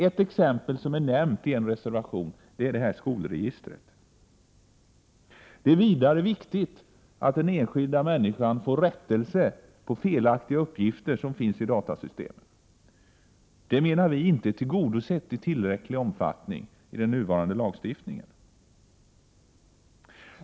Ett exempel som nämns i en reservation är skolregistret. Det är vidare viktigt för den enskilda människan att få rättelse av felaktiga uppgifter som finns i datasystemet. Vi menar att detta inte är tillgodosett i tillräcklig omfattning i den nuvarande lagstiftningen.